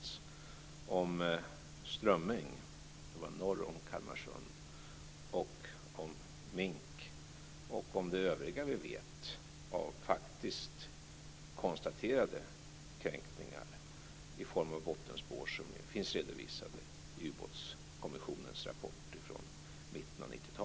Det gäller strömming norr om Kalmarsund, mink och det övriga vi känner till om konstaterade kränkningar i form av bottenspår som finns redovisade i Ubåtskommissionens rapport från mitten av 90